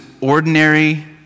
ordinary